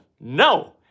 No